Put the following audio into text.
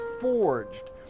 forged